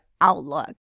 outlook